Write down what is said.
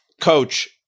Coach